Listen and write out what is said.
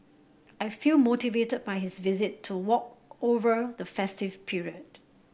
I feel motivated by his visit to work over the festive period